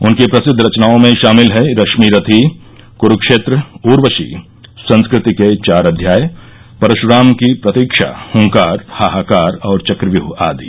उनकी प्रसिद्व रचनाओं में शामिल हैं रश्मिरथी कुरूक्षेत्र उर्वशी संस्कृति के चार अध्याय परशुराम की प्रतीक्षा हुंकार हाहाकार और चक्रव्यूह आदि